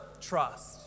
trust